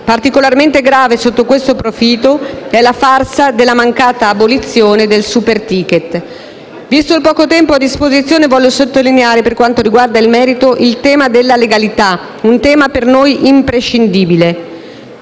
Particolarmente grave sotto questo profilo è la farsa della mancata abolizione del superticket. Visto il poco tempo a disposizione, voglio sottolineare, per quanto riguarda il merito, il tema della legalità, un tema per noi imprescindibile.